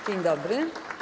Dzień dobry.